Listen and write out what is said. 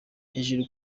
hejuru